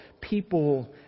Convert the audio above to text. people